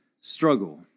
struggle